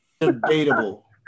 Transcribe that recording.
Debatable